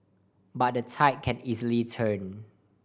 but the tide can easily turn